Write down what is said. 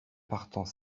partant